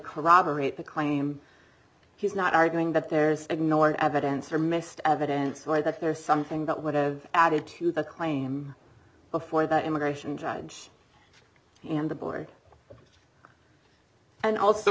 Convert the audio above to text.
corroborate the claim he's not arguing that there's ignored evidence or missed evidence or that there's something that would have added to the claim before about immigration judge and the board and also